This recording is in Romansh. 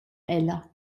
ella